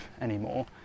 anymore